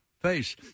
face